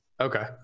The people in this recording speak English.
okay